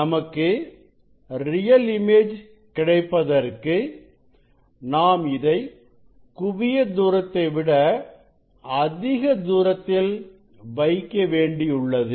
நமக்கு real image கிடைப்பதற்கு இதை நாம் குவிய தூரத்தை விட அதிக தூரத்தில் வைக்க வேண்டியுள்ளது